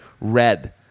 red